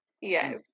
yes